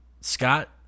Scott